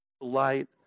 light